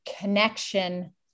connection